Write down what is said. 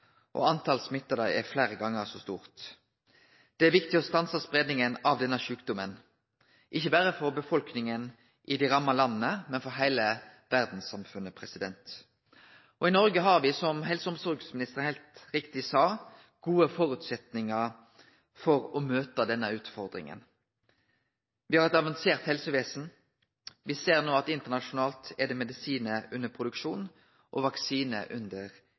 er fleire gonger så stort. Det er viktig å stanse spreiinga av denne sjukdomen, ikkje berre for befolkninga i dei ramma landa, men for heile verdssamfunnet. I Noreg har me – som helse- og omsorgsministeren heilt riktig sa – gode føresetnader for å møte denne utfordringa. Me har eit avansert helsevesen. Me ser no at internasjonalt blir det produsert medisinar og